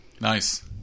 Nice